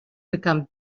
become